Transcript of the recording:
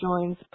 joins